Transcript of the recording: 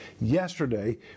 Yesterday